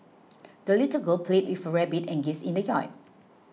the little girl played with her rabbit and geese in the yard